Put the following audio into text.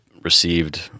received